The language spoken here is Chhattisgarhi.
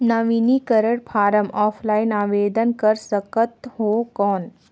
नवीनीकरण फारम ऑफलाइन आवेदन कर सकत हो कौन?